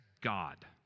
God